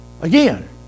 Again